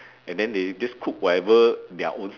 and then they just cook whatever their own